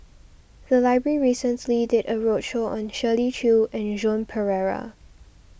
the library recently did a roadshow on Shirley Chew and Joan Pereira